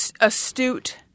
astute